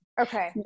Okay